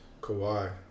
Kawhi